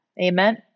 Amen